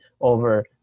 over